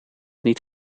niet